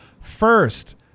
First